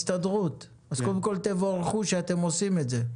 אז קודם כל תבורכו שאתם עושים את זה.